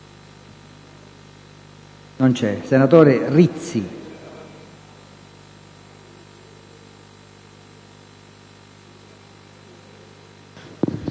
senatore Rizzi.